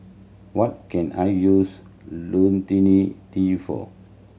what can I use Lonil T for